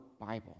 Bible